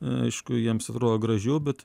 aišku jiems atrodo gražiau bet